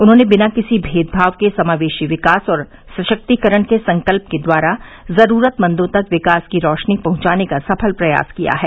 उन्होंने बिना किसी मेद भाव के समावेशी विकास और सशक्तिकरण के संकल्प के द्वारा जरूरतमंदों तक विकास की रौशनी पहुंचाने का सफल प्रयास किया है